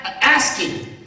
asking